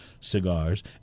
cigars